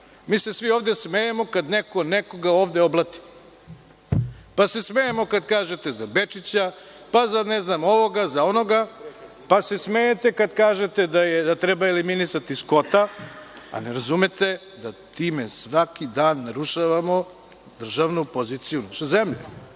mi se svi ovde smejemo kad neko nekoga ovde oblati, pa se smejemo kad kažete i za Bečića, pa za ovoga, za onoga, pa se smejete kad kažete da treba eliminisati Skota, a ne razumete da time svaki dan narušavamo državnu poziciju naše zemlje. Nemam